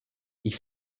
ich